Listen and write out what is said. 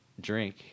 drink